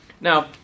Now